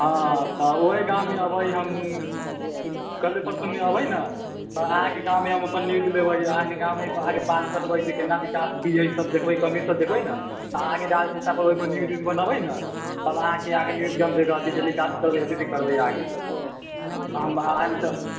हँ तऽ उहे गाँवमे एबे हम कल्हे परसूमे एबे ने तऽ अहाँके गाँवमे हम अपन न्यूज लेबै अहाँके गाँव हय तऽ अहाँसँ बात करबै कितना विकास की हय सब देखबै कमी सब देखबै ने तऽ अहाँके न्यूज व्यूजमे लबे ने सब अहाँके न्यूजमे देखत टेलीकास्ट हम करबै आके तऽ हम